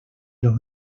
los